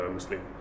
Muslim